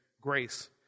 grace